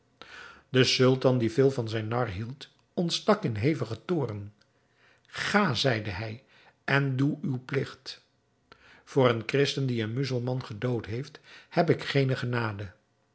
de sultan die veel van zijn nar hield ontstak in hevigen toorn ga zeide hij en doe uw pligt voor een christen die een muzelman gedood heeft heb ik geene genade